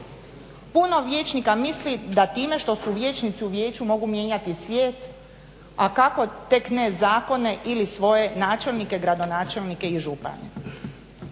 Puno vijećnika misli da time što su vijećnici u vijeću mogu mijenjati svijet, a kako tek ne zakone ili svoje načelnike, gradonačelnike i župane.